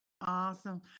Awesome